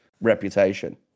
reputation